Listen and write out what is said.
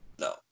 no